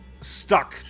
stuck